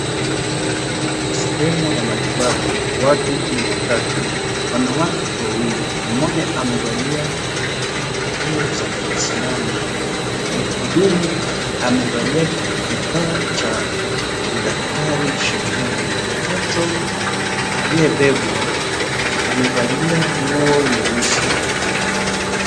Sehemu ya matibabu, watu ni watatu, wanawake wawili. Mmoja amevalia nguo za kiislamu. Muhudumu amevalia kifaa cha udaktari shingoni. Mtoto aliyebebwa amevalia nguo nyeusi.